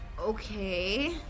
Okay